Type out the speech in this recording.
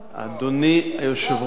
אדוני היושב-ראש,